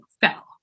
fell